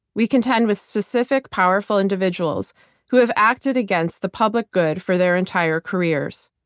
we contend with specific powerful individuals who have acted against the public good for their entire careers.